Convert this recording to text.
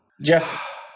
Jeff